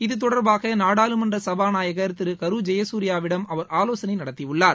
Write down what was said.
இது தொடர்பாக நாடாளுமன்ற சபாநாயகள் திரு கரு ஜெயசூரியா விடம் அவர் ஆலோசனை நடத்தியுள்ளார்